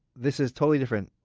this is totally different.